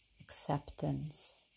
acceptance